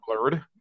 blurred